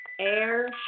air